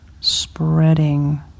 spreading